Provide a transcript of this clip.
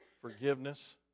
forgiveness